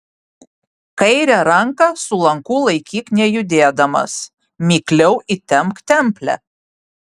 kairę ranką su lanku laikyk nejudėdamas mikliau įtempk templę